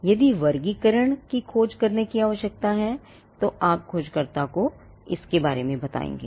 यदि वर्गीकरण की खोज करने की आवश्यकता है तो आप खोजकर्ता को इसके बारे में बताएंगे